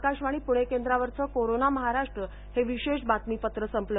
आकाशवाणी पुणे केंद्रावरच कोरोना महाराष्ट्र हे विशेष बातमीपत्र संपल